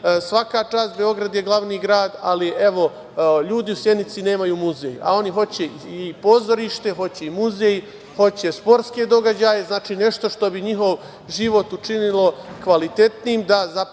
Svaka čast, Beograd je glavni grad, ali evo, ljudi u Sjenici nemaju muzej, a oni hoće i pozorište, hoće i muzej, hoće i sportske događaje, znači nešto što bi njihov život učinilo kvalitetnim da, zapravo